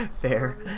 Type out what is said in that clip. fair